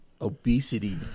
obesity